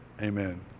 Amen